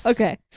okay